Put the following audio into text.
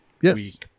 Yes